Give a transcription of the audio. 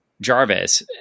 Jarvis